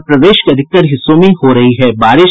और प्रदेश के अधिकतर हिस्सों में हो रही है बारिश